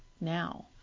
now